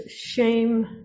shame